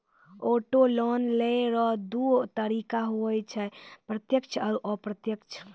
auto loan लेय रो दू तरीका हुवै छै प्रत्यक्ष आरू अप्रत्यक्ष